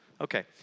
Okay